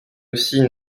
aussi